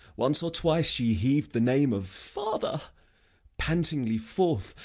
once or twice she heav'd the name of father pantingly forth,